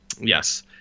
Yes